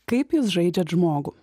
kaip jūs žaidžiat žmogų